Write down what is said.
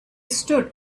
stood